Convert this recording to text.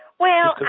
well,